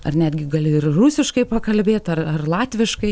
ar netgi gali ir rusiškai pakalbėt ar ar latviškai